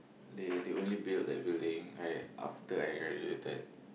they they only build that building like after I graduated